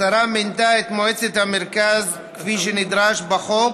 השרה מינתה את מועצת המרכז, כפי שנדרש בחוק,